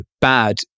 bad